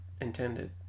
intended